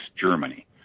Germany